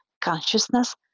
Consciousness